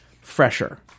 fresher